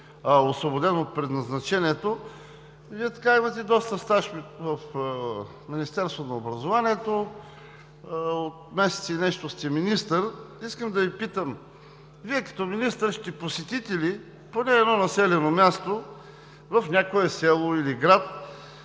освободен от предназначението му. Имате доста стаж в Министерството на образованието – от около месец сте министър. Искам да Ви попитам: Вие като министър ще посетите ли поне едно населено място в някое село или град,